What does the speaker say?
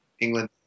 England